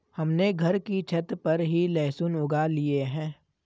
हमने घर की छत पर ही लहसुन उगा लिए हैं